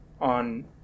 on